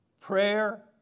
prayer